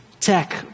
Tech